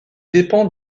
dépend